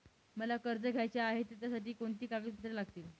मला कर्ज घ्यायचे आहे तर त्यासाठी कोणती कागदपत्रे लागतील?